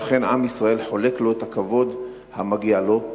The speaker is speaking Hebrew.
ואכן, עם ישראל חולק לו הכבוד המגיע לו.